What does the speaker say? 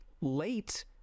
late